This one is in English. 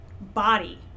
body